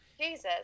Jesus